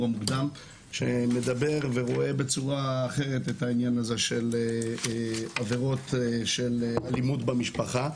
המוקדם שמדבר ורואה אחרת את העניין הזה של עבירות של אלימות במשפחה,